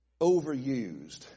overused